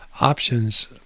options